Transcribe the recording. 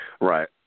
Right